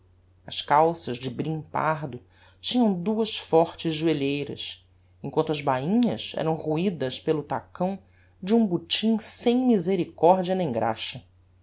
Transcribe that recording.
as calças de brim pardo tinham duas fortes joelheiras em quanto as bainhas eram roidas pelo tacão de um botim sem misericordia nem graxa